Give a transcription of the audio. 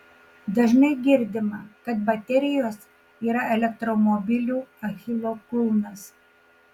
dažnai girdima kad baterijos yra elektromobilių achilo kulnas